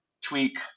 tweak